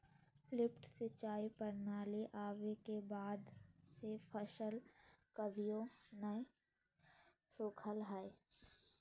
lift सिंचाई प्रणाली आवे के बाद से फसल कभियो नय सुखलय हई